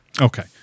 Okay